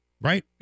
Right